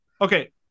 Okay